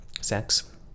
sex